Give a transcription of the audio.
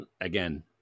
again